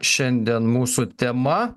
šiandien mūsų tema